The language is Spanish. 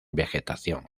vegetación